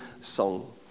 song